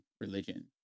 religion